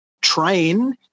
Train